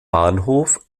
bahnhof